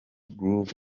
groove